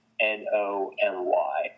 n-o-m-y